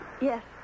Yes